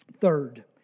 Third